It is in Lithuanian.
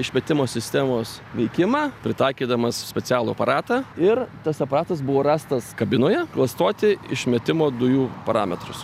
išmetimo sistemos veikimą pritaikydamas specialų aparatą ir tas aparatas buvo rastas kabinoje klastoti išmetimo dujų parametrus